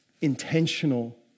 intentional